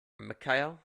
mikhail